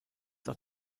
auch